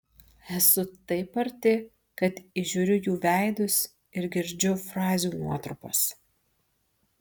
esu taip arti kad įžiūriu jų veidus ir girdžiu frazių nuotrupas